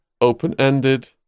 open-ended